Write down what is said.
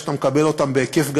בעיקר כאלה שאתה מקבל בהיקף גדול,